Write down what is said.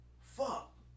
Fuck